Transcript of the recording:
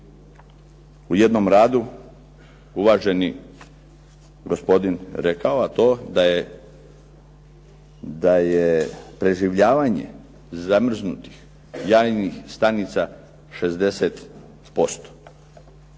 u jednom radu uvaženi gospodin rekao, a to je da je preživljavanje zamrznutih jajnih stanica 60%.